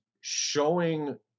showing